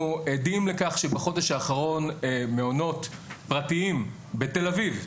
אנחנו עדים לכך שבחודש האחרון מעונות פרטיים בתל אביב,